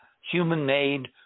human-made